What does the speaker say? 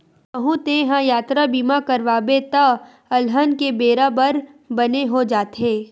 कहूँ तेंहा यातरा बीमा करवाबे त अलहन के बेरा बर बने हो जाथे